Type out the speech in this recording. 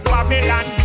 Babylon